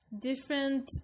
different